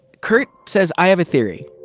kurt says, i have a theory.